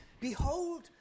behold